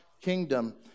kingdom